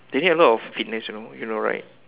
they need a lot of fitness you know you know right